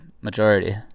majority